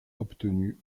obtenu